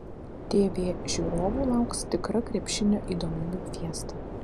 tv žiūrovų lauks tikra krepšinio įdomybių fiesta